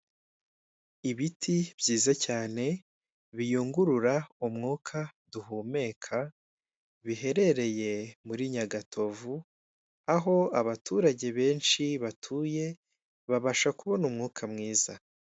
Ibiti byiza cyane biyungurura umwuka duhumeka biherereye muri Nyagatovu aho abaturage benshi batuye babasha kubona umwuka mwiza.